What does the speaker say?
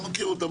לא מכיר אותם,